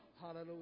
hallelujah